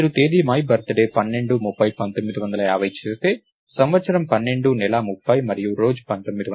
మీరు తేదీ my birthday 12 30 1950 చేస్తే సంవత్సరం 12 నెల 30 మరియు రోజు 1950